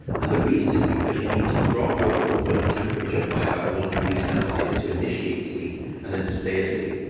and the reason is because you need to drop your core body temperature by about one degree celsius to initiate sleep and then to stay asleep.